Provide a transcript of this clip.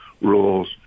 rules